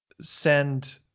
send